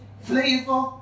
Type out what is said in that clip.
flavor